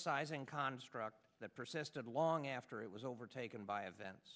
sizing construct that persisted long after it was overtaken by events